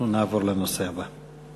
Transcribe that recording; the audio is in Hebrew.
נעבור לנושא הבא.